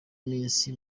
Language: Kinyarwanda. minsi